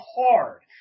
hard